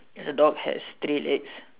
and the dog has three legs